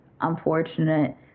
unfortunate